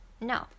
no